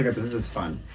this is fun.